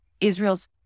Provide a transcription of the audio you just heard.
Israel's